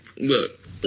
Look